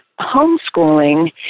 homeschooling